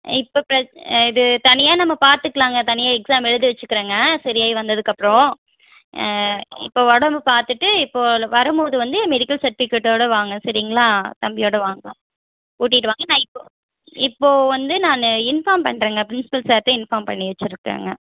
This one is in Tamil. இப்போ ப்ர இது தனியாக நம்ம பார்த்துக்கலாங்க தனியாக எக்ஸாம் எழுத வச்சிக்கிறேங்க சரியாகி வந்ததுக்கப்பறம் ஆ இப்போ உடம்பு பார்த்துட்டு இப்போ வரும்போது வந்து மெடிக்கல் செர்டிபிகேட்டோட வாங்க சரிங்களா தம்பியோட வாங்க கூட்டிகிட்டு வாங்க நான் இப்போது இப்போது வந்து நான் இன்ஃபார்ம் பண்றேங்க ப்ரின்ஸிபல் சார்கிட்ட இன்ஃபார்ம் பண்ணி வச்சிருக்கேங்க